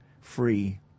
free